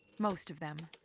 most of them.